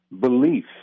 belief